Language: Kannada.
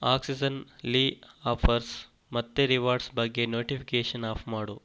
ಆಕ್ಸಿಜೆನ್ಲ್ಲಿ ಆಫರ್ಸ್ ಮತ್ತು ರಿವಾರ್ಡ್ಸ್ ಬಗ್ಗೆ ನೋಟಿಫಿಕೇಷನ್ ಆಫ್ ಮಾಡು